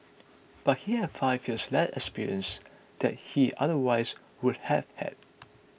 but he has five years less experience that he otherwise would have had